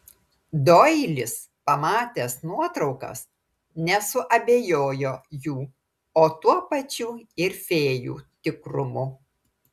doilis pamatęs nuotraukas nesuabejojo jų o tuo pačiu ir fėjų tikrumu